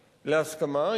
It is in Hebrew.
להסכמה,